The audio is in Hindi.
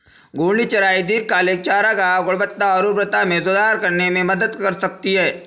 घूर्णी चराई दीर्घकालिक चारागाह गुणवत्ता और उर्वरता में सुधार करने में मदद कर सकती है